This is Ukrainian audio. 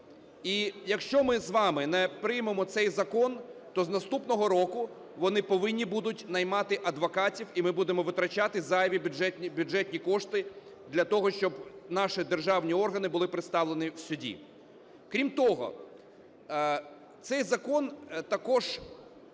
і, якщо ми з вами не приймемо цей закон, то з наступного року вони повинні будуть наймати адвокатів, і ми будемо витрачати зайві бюджетні кошти для того, щоб наші державні органи були представлені в суді. Крім того, цей закон також